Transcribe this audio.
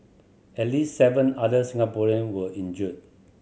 at least seven other Singaporean were injured